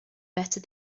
better